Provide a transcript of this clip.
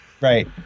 Right